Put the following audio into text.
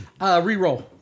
reroll